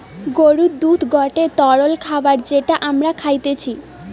গরুর দুধ গটে তরল খাবার যেটা আমরা খাইতিছে